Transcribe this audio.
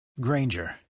granger